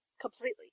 Completely